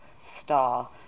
Star